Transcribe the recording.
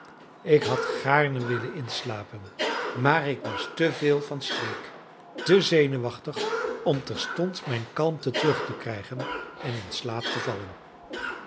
ik had gaarne willen inslapen maar ik was te veel van streek te zenuwachtig om terstond mijn kalmte terug te krijgen en in slaap te vallen